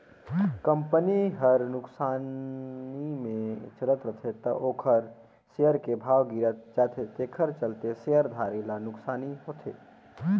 company हर नुकसानी मे चलत रथे त ओखर सेयर के भाव गिरत जाथे तेखर चलते शेयर धारी ल नुकसानी होथे